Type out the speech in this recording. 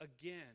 again